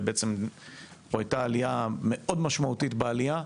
הייתה עלייה מאוד משמעותית בעלייה.